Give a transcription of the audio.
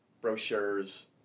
brochures